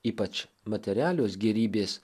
ypač materialios gėrybės